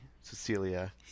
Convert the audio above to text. Cecilia